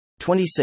26